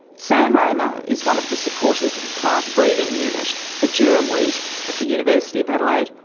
san remo is one of the supporters of a plant breeding unit for durum wheat at the university of adelaide,